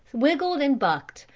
wiggled and bucked,